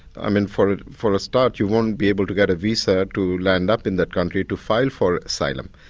i mean, for for a start you won't be able to get a visa to land up in that country to file for asylum.